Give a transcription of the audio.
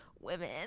women